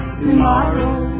tomorrow